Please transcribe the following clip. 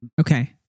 Okay